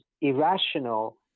irrational